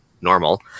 normal